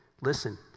Listen